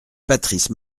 patrice